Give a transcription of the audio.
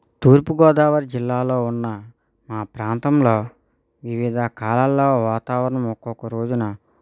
తూర్పుగోదావరి జిల్లాలో ఉన్న మా ప్రాంతంలో వివిధ కాలాల వాతావరణము ఒక్కొక్క రోజున